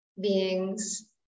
beings